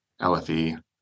LFE